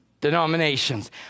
denominations